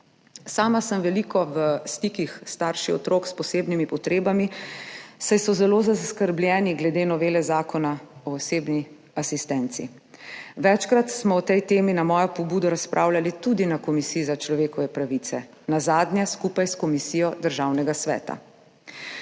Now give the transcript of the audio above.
Sama sem veliko v stiku s starši otrok s posebnimi potrebami, saj so zelo zaskrbljeni glede novele Zakona o osebni asistenci. Večkrat smo o tej temi, na mojo pobudo, razpravljali tudi na Komisiji za človekove pravice, nazadnje skupaj s komisijo Državnega sveta.